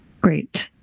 Great